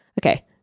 Okay